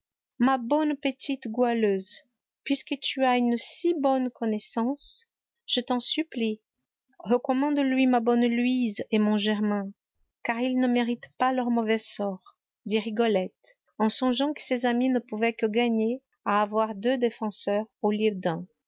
ma bonne petite goualeuse puisque tu as une si bonne connaissance je t'en supplie recommande lui ma bonne louise et mon germain car ils ne méritent pas leur mauvais sort dit rigolette en songeant que ses amis ne pouvaient que gagner à avoir deux défenseurs au lieu d'un